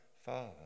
father